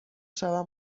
شوم